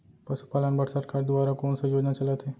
पशुपालन बर सरकार दुवारा कोन स योजना चलत हे?